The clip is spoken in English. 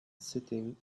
sitting